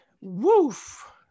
Woof